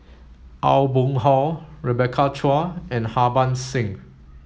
Aw Boon Haw Rebecca Chua and Harbans Singh